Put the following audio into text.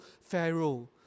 Pharaoh